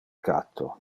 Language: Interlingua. catto